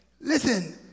Listen